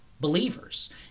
believers